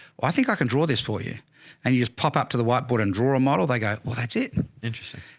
well, i think i can draw this for you and you just pop up to the whiteboard and draw a model. they go, well that's it. interesting.